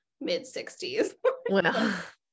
mid-60s